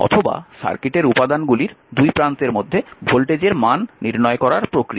অথবা সার্কিটের উপাদানগুলির দুই প্রান্তের মধ্যে ভোল্টেজের মান নির্ণয় করার প্রক্রিয়া